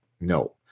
No